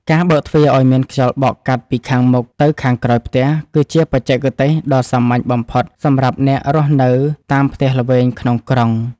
ការបើកទ្វារឱ្យមានខ្យល់បក់កាត់ពីខាងមុខទៅខាងក្រោយផ្ទះគឺជាបច្ចេកទេសដ៏សាមញ្ញបំផុតសម្រាប់អ្នករស់នៅតាមផ្ទះល្វែងក្នុងក្រុង។